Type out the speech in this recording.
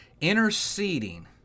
interceding